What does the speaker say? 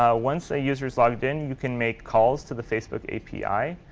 ah once a user's logged in, you can make calls to the facebook api.